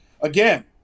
again